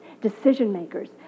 decision-makers